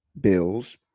bills